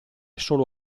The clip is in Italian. solo